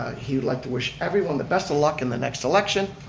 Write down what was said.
he would like to wish everyone the best of luck in the next election.